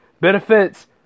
benefits